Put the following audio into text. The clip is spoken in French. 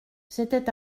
c’était